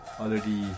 already